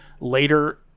later